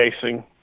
casing